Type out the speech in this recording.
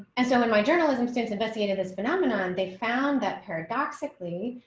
and so when my journalism students investigated this phenomenon. they found that paradoxically,